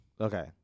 Okay